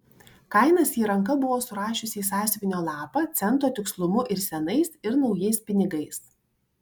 kainas ji ranka buvo surašiusi į sąsiuvinio lapą cento tikslumu ir senais ir naujais pinigais